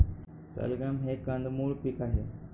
सलगम हे कंदमुळ पीक आहे